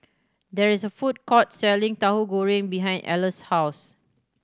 there is a food court selling Tahu Goreng behind Ellar's house